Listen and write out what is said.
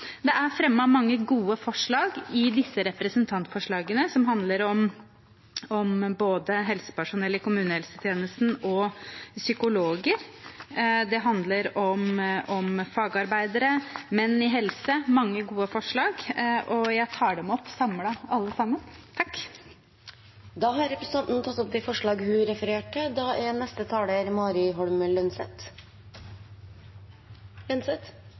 Det er fremmet mange gode forslag i disse representantforslagene, som handler om både helsepersonell i kommunehelsetjenesten og om psykologer, om fagarbeidere, om Menn i helse. Det er mange gode forslag, og jeg tar dem opp samlet, alle sammen. Da har representanten Tuva Moflag tatt opp de forslagene hun refererte til. Helsepersonell er